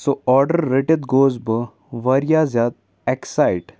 سُہ آرڈر رٔٹِتھ گوس بہٕ واریاہ زیادٕ اٮ۪کسایِٹ